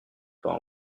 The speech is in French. pas